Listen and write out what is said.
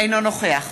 אינו נוכח